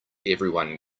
everyone